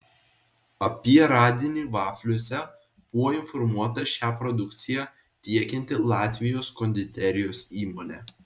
apie radinį vafliuose buvo informuota šią produkciją tiekianti latvijos konditerijos įmonė